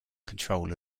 control